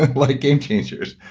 ah like game changers.